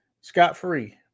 scot-free